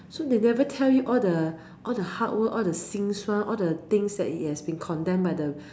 so they never tell you all the hard work all the 心酸 all the things that it has been condemn by the